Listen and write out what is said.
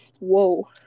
Whoa